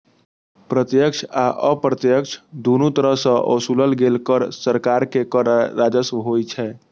प्रत्यक्ष आ अप्रत्यक्ष, दुनू तरह सं ओसूलल गेल कर सरकार के कर राजस्व होइ छै